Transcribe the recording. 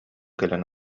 кэлэн